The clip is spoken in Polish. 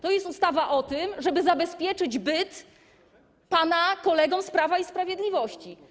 To jest ustawa o tym, żeby zabezpieczyć byt pana kolegom z Prawa i Sprawiedliwości.